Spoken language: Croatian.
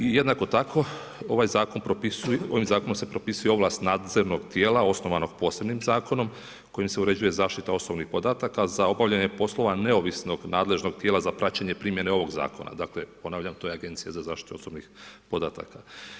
I jednako tako, ovim zakonom se propisuje ovlast nadzornog tijela osnovanog posebnim zakonom kojim se uređuje zaštita osobnih podataka za obavljanje poslova neovisnog nadležnog tijela za praćenje primjene ovog zakona, dakle ponavljam to je Agencija za zaštitu osobnih podataka.